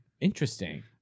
Interesting